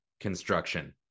construction